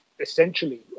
essentially